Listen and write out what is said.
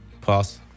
Pass